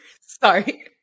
sorry